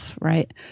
right